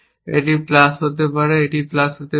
এটি প্লাস হতে পারে এবং এটি প্লাস হতে পারে